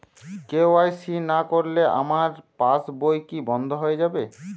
KYC না করলে আমার পাশ বই কি বন্ধ হয়ে যাবে?